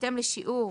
בהתאם לשיעור